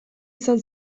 izan